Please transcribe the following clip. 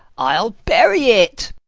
i'll bury it.